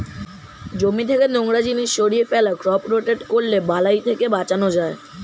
জমি থেকে নোংরা জিনিস সরিয়ে ফেলা, ক্রপ রোটেট করলে বালাই থেকে বাঁচান যায়